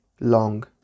long